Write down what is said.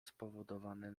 spowodowane